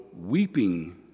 weeping